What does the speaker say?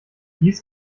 dies